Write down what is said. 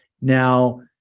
Now